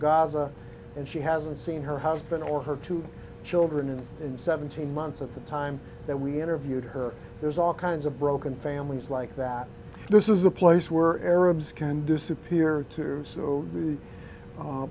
gaza and she hasn't seen her husband or her two children in in seventeen months at the time that we interviewed her there's all kinds of broken families like that this is a place were arabs can disappear to so